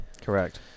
Correct